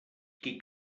qui